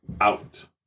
out